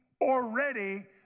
already